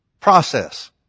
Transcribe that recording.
process